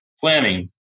planning